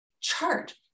chart